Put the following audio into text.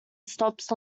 stops